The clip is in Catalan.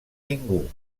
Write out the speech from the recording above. ningú